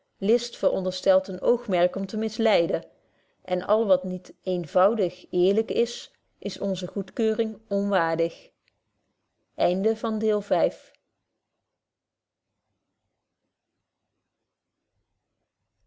list veronderstelt een oogmerk om te misleiden en al wat niet eenvoudig eerlyk is is onzer goedkeuring onwaardig